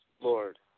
Lord